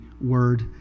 word